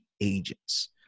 agents